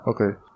okay